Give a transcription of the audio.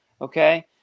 okay